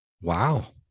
Wow